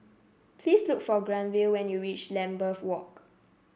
please look for Granville when you reach Lambeth Walk